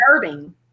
disturbing